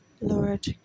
lord